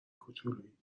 کوچولویی